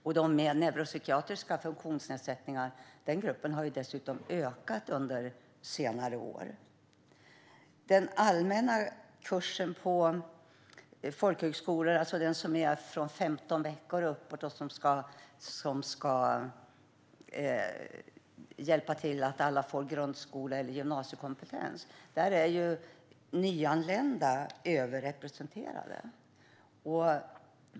Gruppen med neuropsykiatriska funktionsnedsättningar har dessutom ökat under senare år. I den allmänna kursen på folkhögskolor, alltså den som är från 15 veckor och uppåt och som ska se till att alla får grundskole eller gymnasiekompetens, är nyanlända överrepresenterade.